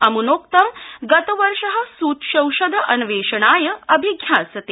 अमुनोक्तं गतवर्ष सुच्यौषधान्वेषणाय अभिजास्यते